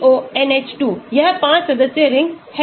यह पांच सदस्यीय रिंग है